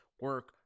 Work